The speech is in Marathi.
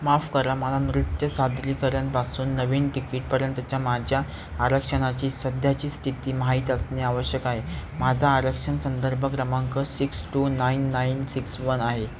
माफ करा मला नृत्य सादरीकरणापासून नवीन तिकीटपर्यंतच्या माझ्या आरक्षणाची सध्याची स्थिती माहीत असणे आवश्यक आहे माझा आरक्षण संदर्भ क्रमांक six two nine nine six one आहे